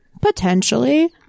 potentially